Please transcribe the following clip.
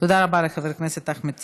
תודה רבה לחבר הכנסת אחמד טיבי.